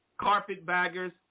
Carpetbaggers